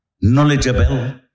knowledgeable